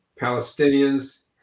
Palestinians